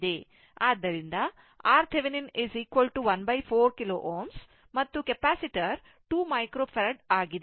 ಆದ್ದರಿಂದ RThevenin 1 4 K Ω ಮತ್ತು capacitor 2 microFarad ಆಗಿದೆ